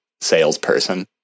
salesperson